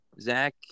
Zach